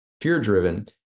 fear-driven